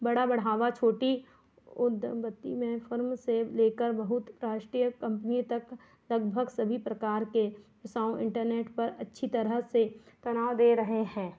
बड़ा बढ़ावा छोटी उद्दवती में फ़र्म से लेकर बहुराष्ट्रीय कम्पनी तक लगभग सभी प्रकार के इन्टरनेट पर अच्छी तरह से तनाव दे रहे हैं